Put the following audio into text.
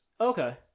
Okay